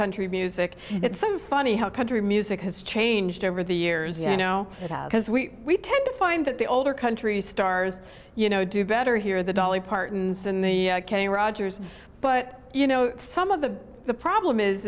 country music it's so funny how country music has changed over the years you know because we tend to find that the older country stars you know do better here the dolly parton's and the kenny rogers but you know some of the the problem is